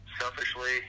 selfishly